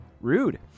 Rude